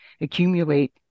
accumulate